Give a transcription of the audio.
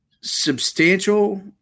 substantial –